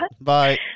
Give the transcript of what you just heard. Bye